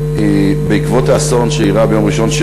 בעקבות האסון שאירע ביום ראשון,